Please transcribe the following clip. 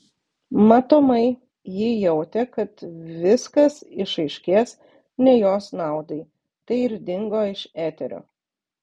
matomai ji jautė kad viskas išaiškės ne jos naudai tai ir dingo iš eterio